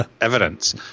evidence